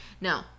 No